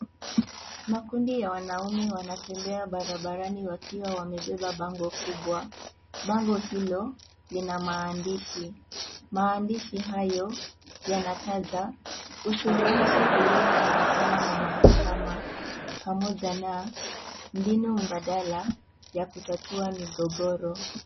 Makundi ya wanaume wanatembea barabarani wakiwa wamebeba bango kubwa. Bango hilolina maandishi. Maandishi hayo yanataja usuluhishi ulioambatana na mahakama pamja na mbinu mbadala ya kutatua migogoro.